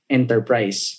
enterprise